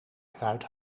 eruit